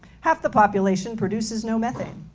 half the population produces no methane.